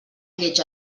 lleig